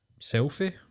selfie